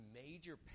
major